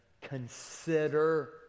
consider